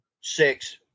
Six